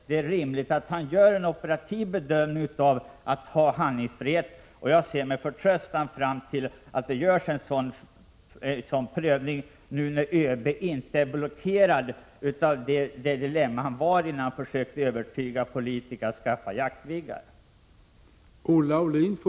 Det är rimligt att han gör en operativ bedömning av att ha handlingsfrihet, och jag ser med förtröstan fram mot att det görs en sådan prövning nu när ÖB inte är blockerad av det dilemma som han befann sig i, då han ännu försökte övertyga politiker om att de borde skaffa ett antal extra Jaktviggen.